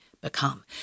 become